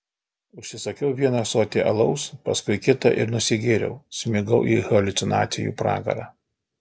užsisakiau vieną ąsotį alaus paskui kitą ir nusigėriau smigau į haliucinacijų pragarą